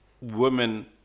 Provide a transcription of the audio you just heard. women